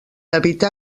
evitar